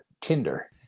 Tinder